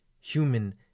human